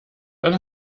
dann